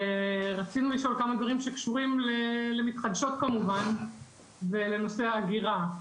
רצינו לשאול כמה דברים שקשורים למתחדשות כמובן ולנושא האגירה.